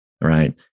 Right